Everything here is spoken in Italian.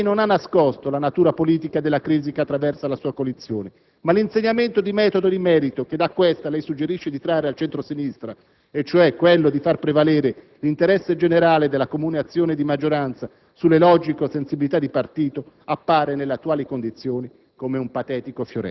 Certo, lei non ha nascosto la natura politica della crisi che attraversa la sua coalizione. Ma l'insegnamento di metodo e di merito che, da questa, lei suggerisce di trarre al centro-sinistra - e cioè quello di far prevalere l'interesse generale della comune azione di maggioranza sulle logiche o sensibilità di partito - appare, nelle attuali condizioni,